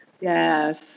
yes